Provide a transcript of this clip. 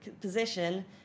position